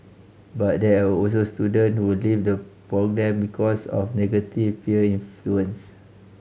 but there are also student who leave the programme because of negative peer influence